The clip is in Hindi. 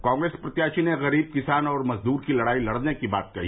कांग्रेस प्रत्याशी ने गरीब किसान और मजदूर की लड़ाई लड़ने की बात कही